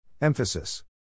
Emphasis